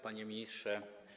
Panie Ministrze!